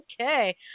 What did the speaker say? okay